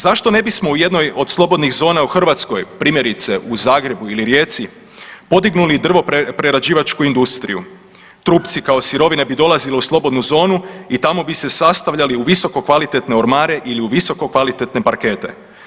Zašto ne bismo u jednoj od slobodnih zona u Hrvatskoj, primjerice u Zagrebu ili Rijeci podignuli i drvoprerađivačku industriju, trupci kao sirovine bi dolazile u slobodnu zonu i tamo bi se sastavljali u visokokvalitetne ormare ili u visokokvalitetne parkete.